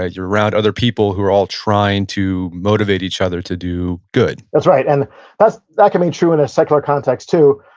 ah you're around other people who are all trying to motivate each other to do good that's right. and that's right. that can be true in a secular context, too.